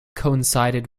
coincided